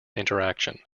interaction